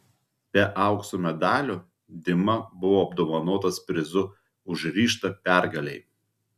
be aukso medalio dima buvo apdovanotas prizu už ryžtą pergalei